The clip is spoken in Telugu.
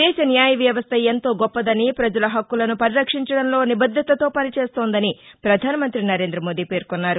దేశ న్యాయవ్యవస్ట ఎంతో గొప్పదని ప్రజల హక్కులను పరిరక్షించడంలో నిబద్దతతో పనిచేస్తోందని ప్రధానమంత్రి నరేందమోదీ పేర్కొన్నారు